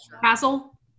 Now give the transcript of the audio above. Castle